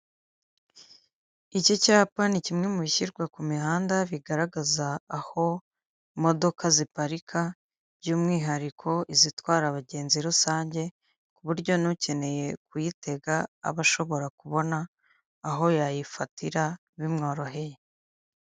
Iki cyapa ni kimwe mu bishyirwa ku mihanda bigaragaza aho imodoka ziparika by'umwihariko izitwara abagenzi rusange, ku buryo n'ukeneye kuyitega aba ashobora kubona aho yayifatira bimworoheye.